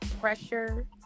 pressure